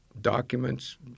documents